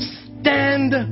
stand